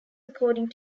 according